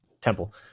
Temple